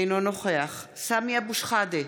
אינו נוכח סמי אבו שחאדה,